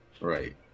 right